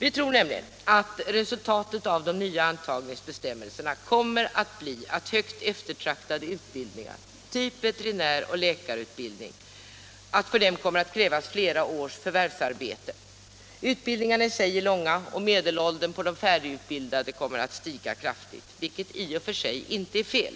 Vi tror nämligen att resultatet av de nya antagningsbestämmelserna kommer att bli att det för högt eftertraktade utbildningar, typ veterinär och läkarutbildning, kommer att krävas flera års förvärvsarbete. Utbildningarna i sig är långa, och medelåldern på de färdigutbildade kommer att stiga kraftigt. Det är i och för sig inte fel,